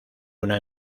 una